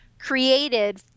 created